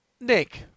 Nick